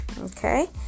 Okay